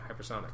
hypersonic